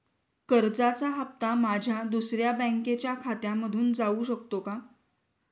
कर्जाचा हप्ता माझ्या दुसऱ्या बँकेच्या खात्यामधून जाऊ शकतो का?